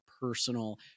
personal